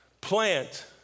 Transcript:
Plant